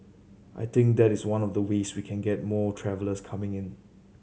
I think that is one of the ways we can get more travellers coming in